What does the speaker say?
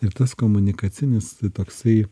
ir tas komunikacinis toksai